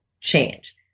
change